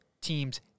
teams